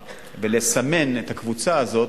ולסמן את הקבוצה הזו